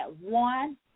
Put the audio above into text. one